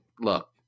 look